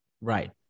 Right